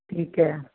ਠੀਕ ਐ